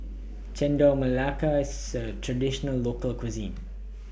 Chendol Melaka IS A Traditional Local Cuisine